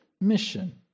mission